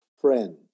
friend